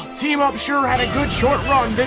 team up sure had a good, short run,